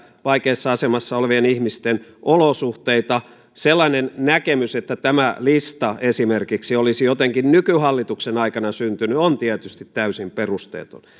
vaikeassa asemassa olevien ihmisten olosuhteita sellainen näkemys että esimerkiksi tämä lista olisi jotenkin nykyhallituksen aikana syntynyt on tietysti täysin perusteeton